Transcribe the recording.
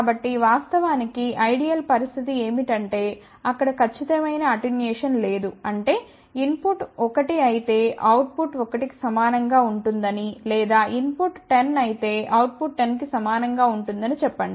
కాబట్టివాస్తవానికి ideal పరిస్థితి ఏమిటంటే అక్కడ ఖచ్చితమైన అటెన్యుయేషన్ లేదు అంటే ఇన్ పుట్ ఒకటి అయితే అవుట్ పుట్ 1 కి సమానం గా ఉంటుందని లేదా ఇన్ పుట్ 10 అయితే అవుట్ పుట్ 10 కి సమానం గా ఉంటుందని చెప్పండి